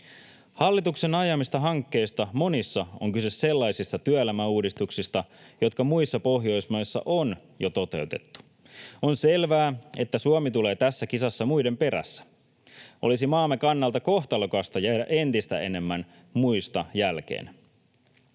Hallituksen ajamista hankkeista monissa on kyse sellaisista työelämäuudistuksista, jotka muissa Pohjoismaissa on jo toteutettu. On selvää, että Suomi tulee tässä kisassa muiden perässä. Olisi maamme kannalta kohtalokasta jäädä entistä enemmän muista jälkeen.